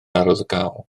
arwyddocaol